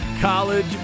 College